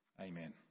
Amen